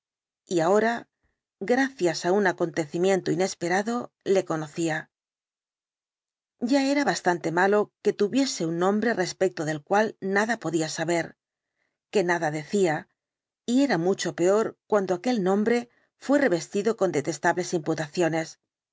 y ahora gracias en busca del sr hyde á un acontecimiento inesperado le conocía ya era bastante malo que tuviese un nombre respecto del cual nada podía saber que nada decía y era mucho peor cuando aquel nombre fué revestido con detestables imputaciones